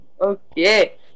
Okay